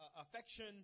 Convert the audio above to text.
affection